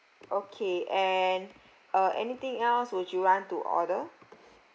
okay and uh anything else would you want to order